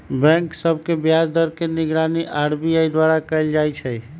bank सभ के ब्याज दर के निगरानी आर.बी.आई द्वारा कएल जाइ छइ